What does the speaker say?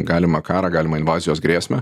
galimą karą galimą invazijos grėsmę